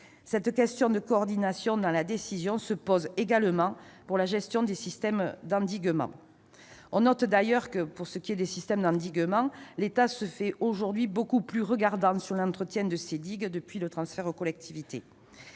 Cette question de coordination dans la décision se pose également pour la gestion des systèmes d'endiguement. On note d'ailleurs, pour ces derniers, que l'État se fait aujourd'hui beaucoup plus regardant sur l'entretien de ces digues depuis le transfert aux collectivités